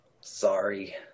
Sorry